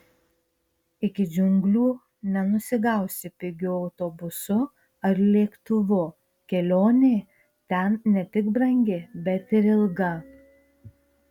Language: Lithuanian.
iki džiunglių nenusigausi pigiu autobusu ar lėktuvu kelionė ten ne tik brangi bet ir ilga